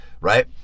right